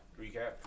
Recap